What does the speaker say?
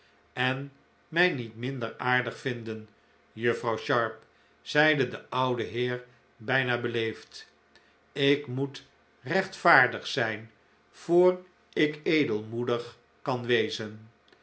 en mij niet minder aardig vinden juffrouw sharp zeide de oude heer bijna beleefd ik moet rechtvaardig zijn voor ik edelmoedig kan wezen